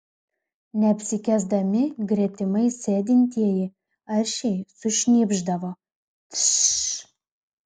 neapsikęsdami gretimais sėdintieji aršiai sušnypšdavo tš